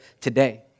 today